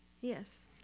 Yes